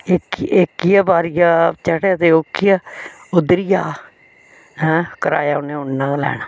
एह्की बाहरी उप्परा चढ़े ते ओह्किया उतरी आ कराया उनें उन्ना गै लैना